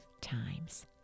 times